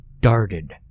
darted